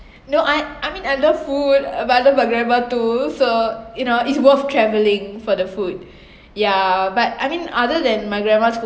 no I I mean I love food but I love my grandma too so you know it's worth travelling for the food yeah but I mean other than my grandma’s cooking